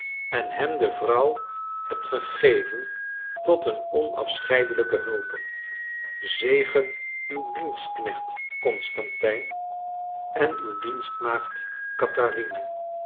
en hem de vrouw hebt gegeven tot een onafscheidelijke hulpe zegen uw dienstknecht constantijn en uw dienstmaagd catharina